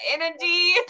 energy